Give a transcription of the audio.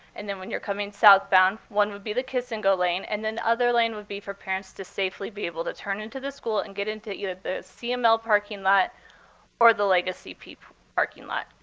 and then when you're coming southbound, one would be the kiss and go lane, and then other lane would be for parents to safely be able to turn into the school and get into either the cml parking lot or the legacy peak parking lot,